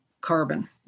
carbon